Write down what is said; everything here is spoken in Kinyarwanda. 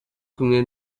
kumwe